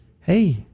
hey